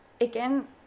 Again